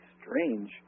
strange